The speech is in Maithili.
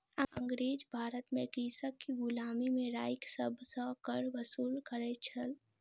अँगरेज भारत में कृषक के गुलामी में राइख सभ सॅ कर वसूल करै छल